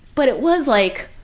but it was like,